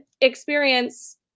experience